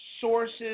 sources